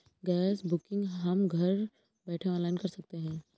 gas booking हम घर बैठे ऑनलाइन कर सकते है